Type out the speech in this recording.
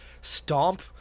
stomp